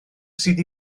sydd